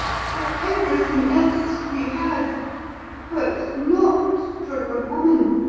for everything else, we have but not for a woman.